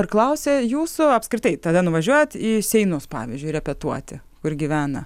ar klausia jūsų apskritai tada nuvažiuojat į seinus pavyzdžiui repetuoti kur gyvena